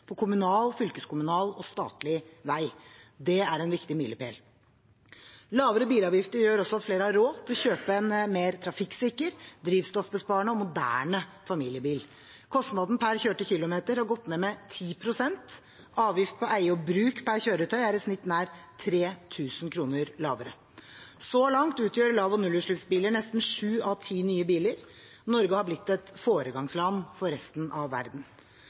på kommunal, fylkeskommunal og statlig vei. Det er en viktig milepæl. Lavere bilavgifter gjør også at flere har råd til å kjøpe en mer trafikksikker, drivstoffbesparende og moderne familiebil. Kostnadene per kjørte kilometer har gått ned med 10 pst., avgift på eie og bruk per kjøretøy er i snitt nær 3 000 kr lavere. Så langt utgjør lav- og nullutslippsbiler nesten sju av ti nye biler. Norge har blitt et foregangsland for resten av verden.